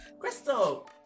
Crystal